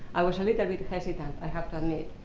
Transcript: i was a little bit hesitant, i have to admit,